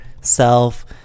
self